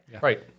Right